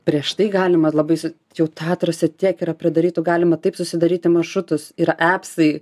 prieš tai galima labai s jau tatruose tiek yra pridarytų galima taip susidaryti maršrutus yra epsai